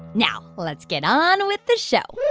now let's get on with the show